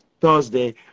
Thursday